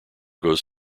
goes